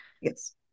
yes